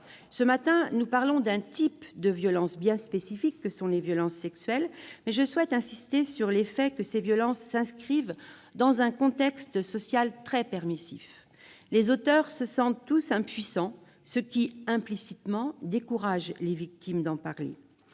Ce matin, nous parlons d'un type de violences bien spécifique, les violences sexuelles, mais je souhaite insister sur le fait que ces violences s'inscrivent dans un contexte social très permissif. Les auteurs se sentent tout-puissants, ce qui décourage les victimes de parler.